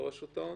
רשות ההון?